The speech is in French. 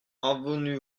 avenue